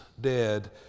dead